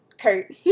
Kurt